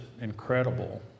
incredible